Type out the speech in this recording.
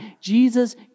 Jesus